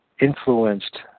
influenced